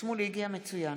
מצביעה